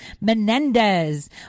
Menendez